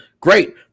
great